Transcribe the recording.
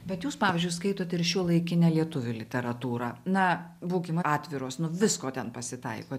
bet jūs pavyzdžiui skaitot ir šiuolaikinę lietuvių literatūrą na būkim atviros nu visko ten pasitaiko